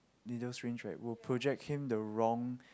needle syringe right will project him the wrong